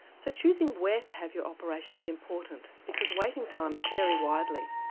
so choosing where to have your operation is important because waiting times vary widely.